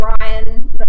Ryan